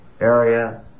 area